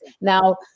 Now